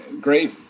great